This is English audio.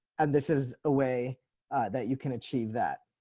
and this is a way that you can achieve that.